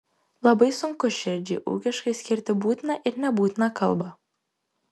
labai sunku širdžiai ūkiškai skirti būtiną ir nebūtiną kalbą